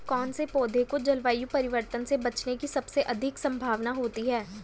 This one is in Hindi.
कौन से पौधे को जलवायु परिवर्तन से बचने की सबसे अधिक संभावना होती है?